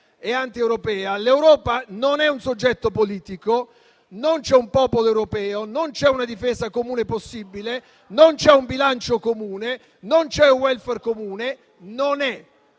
e antieuropea l'Europa non è un soggetto politico: non c'è un popolo europeo, non c'è una difesa comune possibile, non c'è un bilancio comune, non c'è un *welfare* comune. Non è;